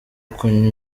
kunywa